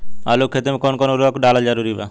आलू के खेती मे कौन कौन उर्वरक डालल जरूरी बा?